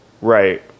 right